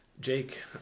Jake